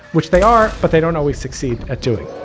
which they are. but they don't always succeed at doing.